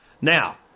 Now